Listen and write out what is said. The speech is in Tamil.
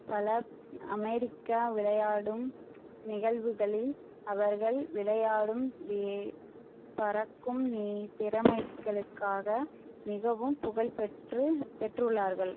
பல அமெரிக்க விளையாடும் நிகழ்வுகளில் அவர்கள் விளையாடும் வி பறக்கும் நீ திறமைகளுக்காக மிகவும் புகழ்பெற்று பெற்றுள்ளார்கள்